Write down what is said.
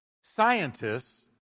scientists